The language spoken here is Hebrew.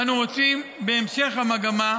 אנו רוצים בהמשך המגמה,